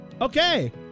Okay